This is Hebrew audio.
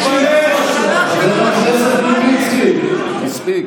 חבר הכנסת מלביצקי, מספיק.